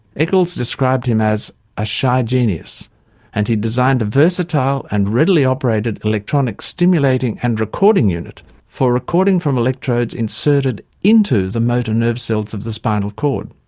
eccles described him as a shy genius and he designed a versatile and readily operated electronic stimulating and recording unit for recording from electrodes inserted into motor nerve cells of the spinal cord.